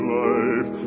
life